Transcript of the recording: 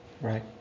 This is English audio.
Right